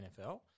NFL